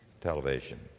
television